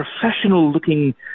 professional-looking